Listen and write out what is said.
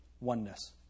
Oneness